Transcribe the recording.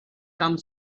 come